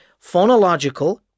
phonological